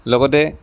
লগতে